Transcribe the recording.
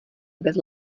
bez